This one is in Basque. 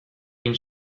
egin